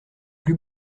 plus